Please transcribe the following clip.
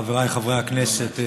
חבריי חברי הכנסת,